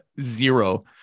zero